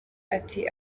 ati